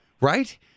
Right